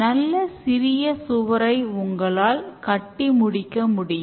நல்ல சிறிய சுவரை உங்களால் கட்டி முடிக்க முடியும்